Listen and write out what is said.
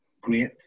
great